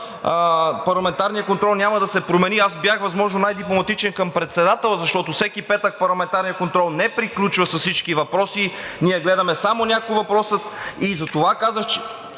парламентарния контрол няма да се промени. Аз бях възможно най-дипломатичен към председателя, защото всеки петък парламентарният контрол не приключва с всички въпроси, ние гледаме само няколко въпроса и затова казах